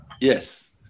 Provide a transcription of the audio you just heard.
Yes